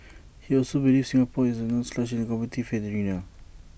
he also believes Singapore is no slouch in the competitive arena